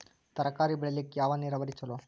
ತರಕಾರಿ ಬೆಳಿಲಿಕ್ಕ ಯಾವ ನೇರಾವರಿ ಛಲೋ?